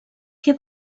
què